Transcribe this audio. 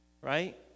right